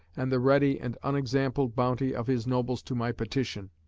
and the ready and unexampled bounty of his nobles to my petition.